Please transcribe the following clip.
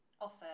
offer